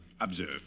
Observe